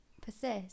persist